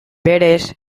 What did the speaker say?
berez